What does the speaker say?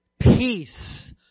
peace